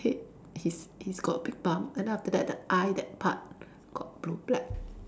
head he's he's got big bump and then after that the eye that part got blue black